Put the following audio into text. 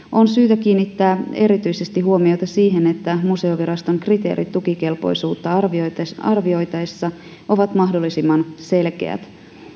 on syytä kiinnittää erityisesti huomiota siihen että museoviraston kriteerit tukikelpoisuutta arvioitaessa arvioitaessa ovat mahdollisimman selkeät